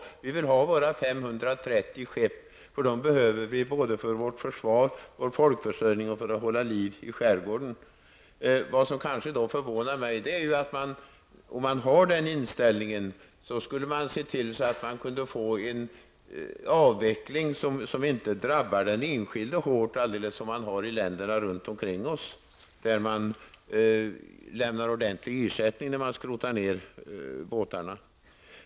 Vi vill ha våra 530 skepp. Dessa behöver vi både för vårt försvar, för vår folkförsörjning och för att hålla liv i skärgården. Vad som ändå förvånar mig är att om man har den inställningen skulle man se till att det skedde en avveckling som inte drabbar den enskilde så hårt, dvs. på samma sätt som man gör i länderna omkring oss, där man lämnar ordentlig ersättning när man skrotar båtarna.